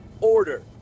order